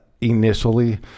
initially